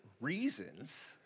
reasons